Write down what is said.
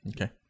Okay